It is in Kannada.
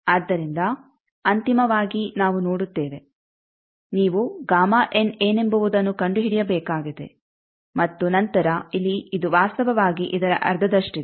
ಆದ್ದರಿಂದ ಅಂತಿಮವಾಗಿ ನಾವು ನೋಡುತ್ತೇವೆ ನೀವು ಏನೆಂಬುವುದನ್ನು ಕಂಡುಹಿಡಿಯಬೇಕಾಗಿದೆ ಮತ್ತು ನಂತರ ಇಲ್ಲಿ ಇದು ವಾಸ್ತವವಾಗಿ ಇದರ ಅರ್ಧದಷ್ಟಿದೆ